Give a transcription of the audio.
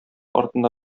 артында